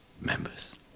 members